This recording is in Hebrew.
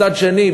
מצד שני,